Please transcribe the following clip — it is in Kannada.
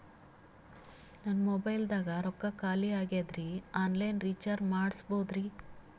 ನನ್ನ ಮೊಬೈಲದಾಗ ರೊಕ್ಕ ಖಾಲಿ ಆಗ್ಯದ್ರಿ ಆನ್ ಲೈನ್ ರೀಚಾರ್ಜ್ ಮಾಡಸ್ಬೋದ್ರಿ?